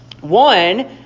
One